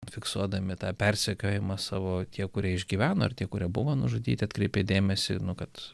fiksuodami tą persekiojimą savo tie kurie išgyveno ir tie kurie buvo nužudyti atkreipė dėmesį kad